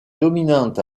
dominante